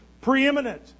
preeminent